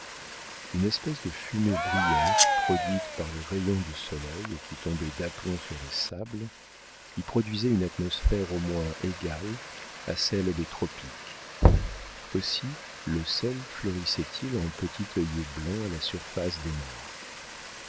une espèce de fumée brillante produite par les rayons du soleil qui tombaient d'aplomb sur les sables y produisait une atmosphère au moins égale à celle des tropiques aussi le sel fleurissait il en petits œillets blancs à la surface des mares